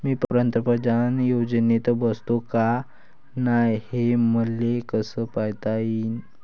मी पंतप्रधान योजनेत बसतो का नाय, हे मले कस पायता येईन?